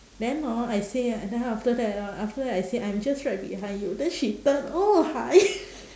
then hor I say ah then after that ah after that I said I'm just right behind you then she turn oh hi